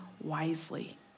wisely